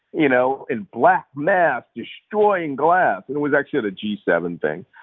you know, in black masks, destroying glass, and it was actually the g seven thing,